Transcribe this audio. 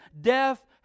death